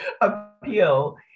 appeal